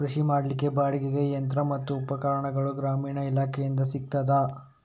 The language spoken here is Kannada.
ಕೃಷಿ ಮಾಡಲಿಕ್ಕೆ ಬಾಡಿಗೆಗೆ ಯಂತ್ರ ಮತ್ತು ಉಪಕರಣಗಳು ಗ್ರಾಮೀಣ ಇಲಾಖೆಯಿಂದ ಸಿಗುತ್ತದಾ?